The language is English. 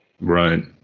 Right